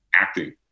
acting